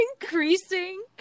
increasing